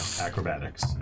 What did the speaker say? acrobatics